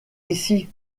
ici